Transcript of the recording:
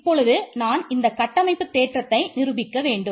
இப்பொழுது நான் இந்த கட்டமைப்பு தேற்றத்தை நிரூபிக்க வேண்டும்